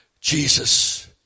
Jesus